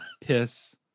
piss